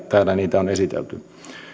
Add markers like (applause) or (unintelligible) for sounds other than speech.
(unintelligible) täällä niitä on esitelty